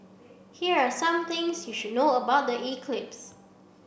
here are some things you should know about the eclipse